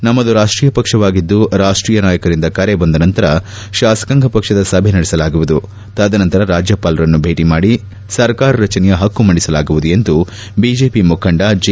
ನಮ್ನದು ರಾಷ್ಟೀಯ ಪಕ್ಷವಾಗಿದ್ದು ರಾಷ್ಟೀಯ ನಾಯಕರಿಂದ ಕರೆ ಬಂದ ನಂತರ ಶಾಸಕಾಂಗ ಪಕ್ಷದ ಸಭೆ ನಡೆಸಲಾಗುವುದು ತದನಂತರ ರಾಜ್ಯಪಾಲರನ್ನು ಭೇಟಿ ಮಾಡಿ ಸರ್ಕಾರ ರಚನೆಯ ಹಕ್ಕು ಮಂಡಿಸಲಾಗುವುದು ಎಂದು ಬಿಜೆಪಿ ಮುಖಂಡ ಜೆ